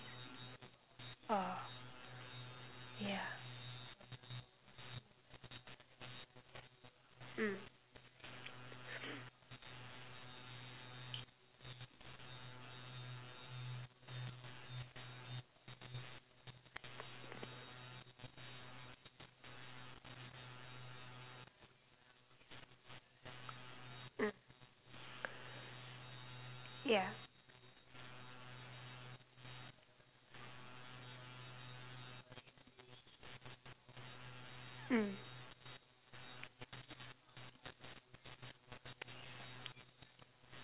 ah yeah mm mm yeah mm